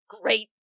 great